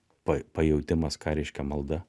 pa pajautimas ką reiškia malda